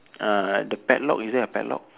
uh the padlock is there a padlock